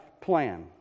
plan